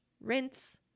rinse